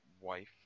wife